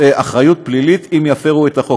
אחריות פלילית אם יפרו את החוק.